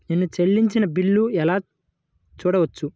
నేను చెల్లించిన బిల్లు ఎలా చూడవచ్చు?